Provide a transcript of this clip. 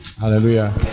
Hallelujah